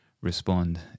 respond